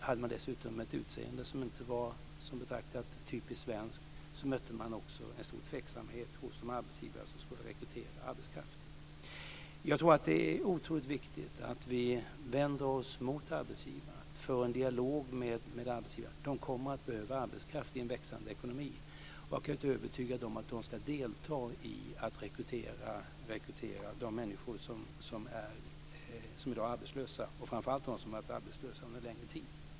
Hade man dessutom ett utseende som inte betraktas som typiskt svenskt mötte man också en stor tveksamhet hos de arbetsgivare som skulle rekrytera arbetskraft. Jag tror att det är otroligt viktigt att vi vänder oss mot arbetsgivarna och för en dialog med dem. De kommer att behöva arbetskraft i en växande ekonomi. Det gäller att övertyga dem om att de ska delta i att rekrytera de människor som i dag är arbetslösa, och framför allt dem som varit arbetslösa under en längre tid.